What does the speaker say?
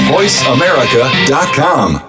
VoiceAmerica.com